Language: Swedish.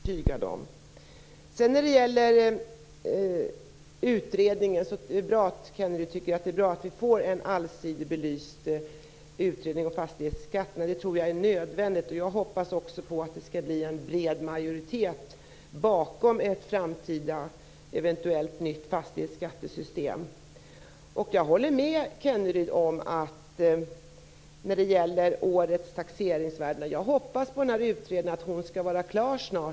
Herr talman! Först vill jag eftersom jag inte vet om jag har sagt det nu i dag, men jag har sagt det i tidigare debatter, säga tack till Rolf Kenneryd för allt gott samarbete vi har haft i utskottet. Det har varit mycket fruktsamt under de här åren. När det gäller utgifterna vet jag inte riktigt vad Rolf Kenneryd syftar till när han talar om att vi skulle ha något slags utgiftshysteri igen. Vi har en finansminister som jag är övertygad om noga kommer att pröva varenda krona så att vi inte skall gå tillbaka till något moras i svensk ekonomi igen. Det är bra att Rolf Kenneryd tycker att det är bra att vi får en allsidigt belyst utredning om fastighetskatten. Jag tror att det är nödvändigt. Också jag hoppas på att det skall bli en bred majoritet bakom ett eventuellt framtida nytt fastighetsskattesystem.